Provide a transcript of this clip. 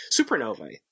supernovae